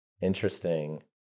Interesting